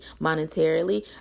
monetarily